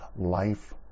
life